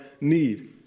need